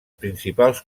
principals